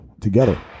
together